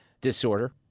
disorder